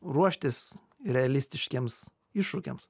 ruoštis realistiškiems iššūkiam